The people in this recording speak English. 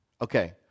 Okay